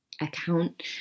account